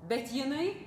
bet jinai